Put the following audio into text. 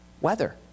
weather